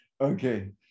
okay